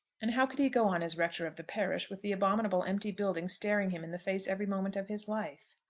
and how could he go on as rector of the parish with the abominable empty building staring him in the face every moment of his life.